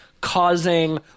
causing